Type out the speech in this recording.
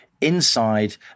inside